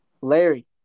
Larry